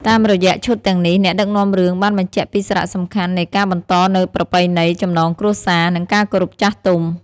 តាមរយៈឈុតទាំងនេះ អ្នកដឹកនាំរឿងបានបញ្ជាក់ពីសារៈសំខាន់នៃការបន្តនូវប្រពៃណី ចំណងគ្រួសារ និងការគោរពចាស់ទុំ។